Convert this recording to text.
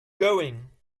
going